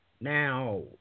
Now